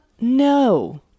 no